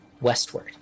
westward